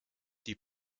die